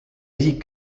isik